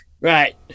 Right